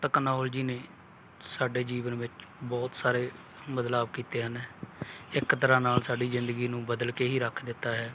technology ਨੇ ਸਾਡੇ ਜੀਵਨ ਵਿੱਚ ਬਹੁਤ ਸਾਰੇ ਬਦਲਾਅ ਕੀਤੇ ਹਨ ਇੱਕ ਤਰ੍ਹਾਂ ਨਾਲ ਸਾਡੀ ਜ਼ਿੰਦਗੀ ਨੂੰ ਬਦਲ ਕੇ ਹੀ ਰੱਖ ਦਿੱਤਾ ਹੈ